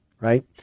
right